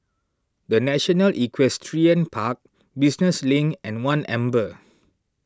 the National Equestrian Park Business Link and one Amber